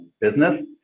business